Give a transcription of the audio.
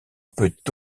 peut